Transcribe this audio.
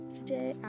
Today